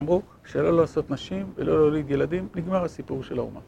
אמרו שלא לעשות נשים ולא להוליד ילדים, נגמר הסיפור של האומה.